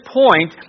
point